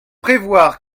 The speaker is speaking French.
prévoir